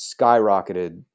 skyrocketed